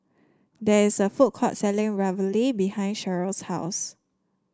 there is a food court selling Ravioli behind Cherryl's house